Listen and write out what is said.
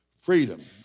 Freedom